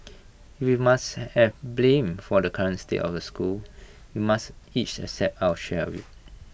if we must have blame for the current state of the school we must each accept our share of IT